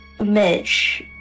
Mitch